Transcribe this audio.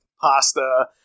pasta